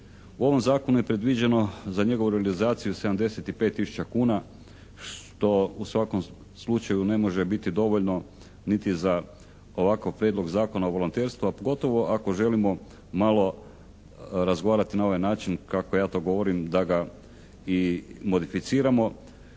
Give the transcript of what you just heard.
U ovom zakonu je predviđeno za njegovu realizaciju 75 tisuća kuna što u svakom slučaju ne može biti dovoljno niti za ovakav Prijedlog zakona o volonterstvu a pogotovo ako želimo malo razgovarati na ovaj način kako ja to govorim da ga i modificiramo,